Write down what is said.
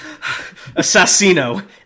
Assassino